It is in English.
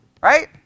Right